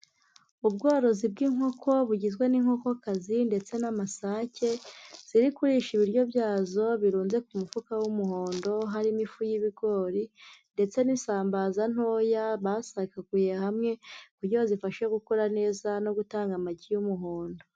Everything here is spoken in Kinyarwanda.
Ubworozi bw'inkoko bugizwe n'inkokokazi ndetse n'amasake, ziri kurisha ibiryo byazo birunze ku mufuka w'umuhondo harimo ifu y'ibigori, ndetse n'isambaza ntoya basakaguye hamwe kugira bazifashe gukura neza no gutanga amagi y'umuhondo.